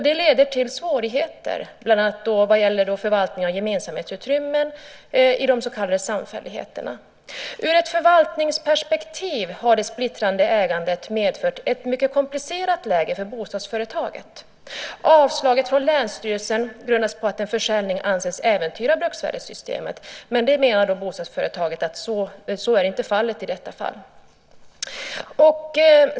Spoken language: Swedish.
Det leder till svårigheter, bland annat vad gäller förvaltning av gemensamhetsutrymmen i de så kallade samfälligheterna. Ur ett förvaltningsperspektiv har det splittrade ägandet medfört ett mycket komplicerat läge för bostadsföretaget. Avslaget från länsstyrelsen grundas på att en försäljning anses äventyra bruksvärdessystemet, men bostadsföretaget menar att så inte är fallet i detta fall.